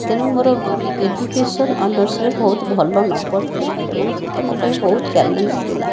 ତେଣୁ ମୋର ଏଜୁକେଶନ ଅନର୍ସରେ ବହୁତ ଭଲ ନମ୍ବର ଥିଲା ଏବଂ ସେଇଟା ମୋ' ପାଇଁ ବହୁତ ଚ୍ୟାଲେଞ୍ଜ ଥିଲା